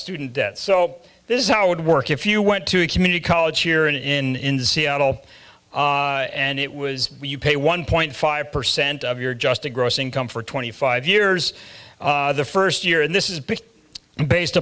student debt so this is how it would work if you went to a community college here in seattle and it was you pay one point five percent of your just a gross income for twenty five years the first year and this is based